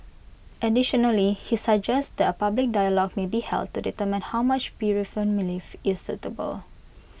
additionally he suggests that A public dialogue may be held to determine how much bereavement leave is suitable